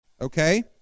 Okay